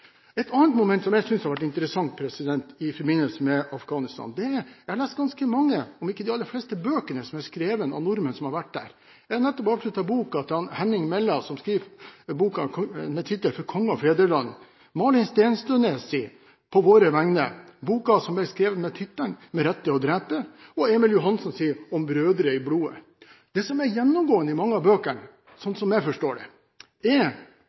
Et annet moment som jeg synes har vært interessant i forbindelse med Afghanistan, er: Jeg har lest ganske mange, om ikke de aller fleste, bøker som er skrevet av nordmenn som har vært der. Jeg har nettopp avsluttet boken til Henning Mella, med tittelen For konge og fedreland, Malin Stensønes’ På våre vegne, boken som ble skrevet med tittelen Med mandat til å drepe, og Emil Johansens Brødre i blodet. Det som er gjennomgående i mange av bøkene, sånn som jeg forstår det,